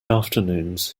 afternoons